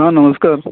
आं नमस्कार